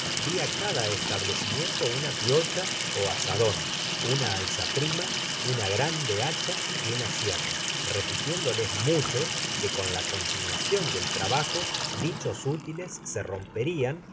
cada establecimiento una piocha ó azadon una alzaprima una grande hacha y una sierra repitiéndoles mucho que con la continuacion del trabajo dichos útiles se romperian